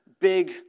big